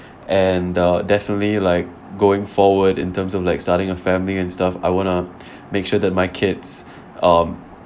and uh definitely like going forward in terms of like starting a family and stuff I want to make sure that my kids um